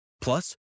plus